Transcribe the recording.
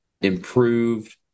improved